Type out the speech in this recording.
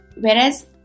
Whereas